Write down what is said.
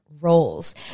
roles